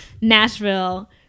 Nashville